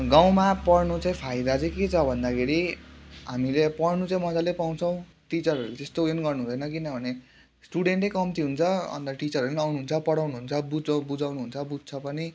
गाउँमा पढ्नु चाहिँ फाइदा चाहिँ के छ भन्दाखेरि हामीले पढ्नु चाहिँ मज्जाले पाउँछौँ टिचरहरूले त्यस्तो उयो नि गर्नु हुँदैन किनभने स्टुडेन्ट नै कम्ती हुन्छ अन्त टिचरहरू आउनु हुन्छ पढाउनु हुन्छ बुझाउनु हुन्छ बुझ्छ पनि